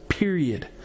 Period